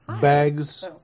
bags